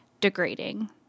degrading